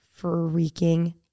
freaking